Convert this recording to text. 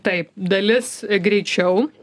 taip dalis greičiau